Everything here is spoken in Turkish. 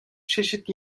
çeşit